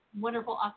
wonderful